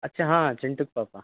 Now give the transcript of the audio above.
अच्छा हाँ चिंटू के पापा